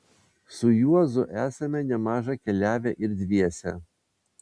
su juozu esame nemaža keliavę ir dviese